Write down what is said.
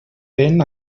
ben